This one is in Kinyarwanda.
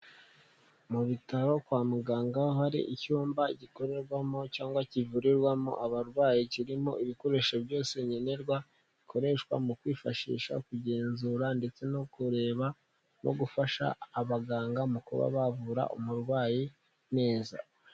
Mu bitaro, kwa muganga hari icyumba gikorerwamo cyangwa kivurirwamo abarwayi, kirimo ibikoresho byose nkenerwa bikoreshwa mu kwifashisha kugenzura ndetse no kureba no gufasha abaganga mu kuba bavura umurwayi neza.